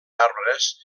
arbres